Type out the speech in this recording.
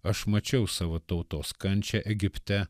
aš mačiau savo tautos kančią egipte